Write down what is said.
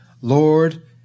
Lord